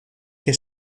que